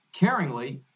caringly